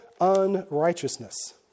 unrighteousness